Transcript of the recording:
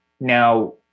now